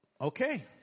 Okay